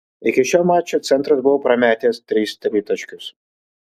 iki šio mačo centras buvo prametęs tris tritaškius